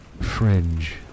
fringe